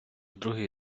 другий